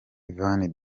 van